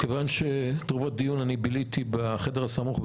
כיוון שאני את רוב הדיון ביליתי בחדר הסמוך,